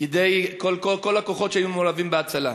ידי כל הכוחות שהיו מעורבים בהצלה.